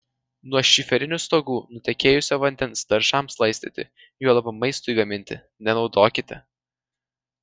nuo šiferinių stogų nutekėjusio vandens daržams laistyti juolab maistui gaminti nenaudokite